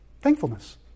Thankfulness